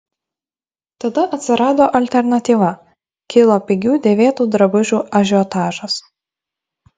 tada atsirado alternatyva kilo pigių dėvėtų drabužių ažiotažas